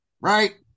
right